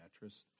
mattress